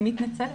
אני מתנצלת.